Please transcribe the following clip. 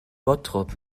bottrop